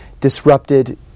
disrupted